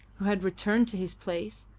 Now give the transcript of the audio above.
who had returned to his place,